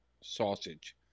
sausage